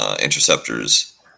interceptors